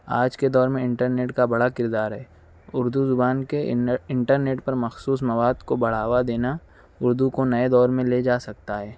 آج کے دور میں انٹرنیٹ کا بڑا کردار ہے اُردو زبان کے انٹرنیٹ پر مخصوص مواد کو بڑھاوا دینا اُردو کو نئے دور میں لے جا سکتا ہے